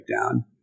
down